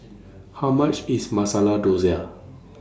How much IS Masala Dosa